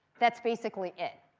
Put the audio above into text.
that's basically it.